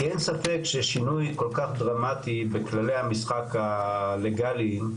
כי אין ספק ששינוי כל כך דרמטי בכללי המשחק הלגליים,